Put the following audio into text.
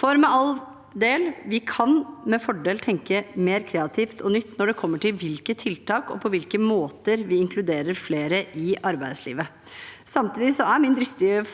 For all del, vi kan med fordel tenke mer kreativt og nytt når det gjelder tiltak og på hvilke måter vi inkluderer flere i arbeidslivet. Samtidig er min dristige